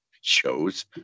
shows